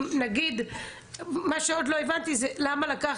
אם נגיד מה שעוד לא הבנתי זה למה לקח